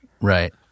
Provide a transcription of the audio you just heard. Right